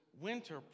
winter